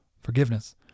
forgiveness